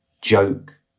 joke